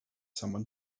someone